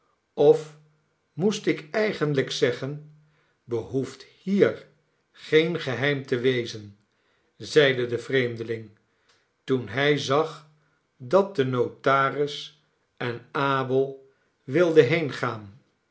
of moest ik eigenlijk zeggen behoeft hier geen geheim te wezen zeide de vreemdeling toen hij zag dat de notaris en abel wild